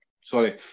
Sorry